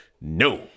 No